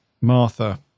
Martha